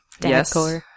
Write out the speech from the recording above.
Yes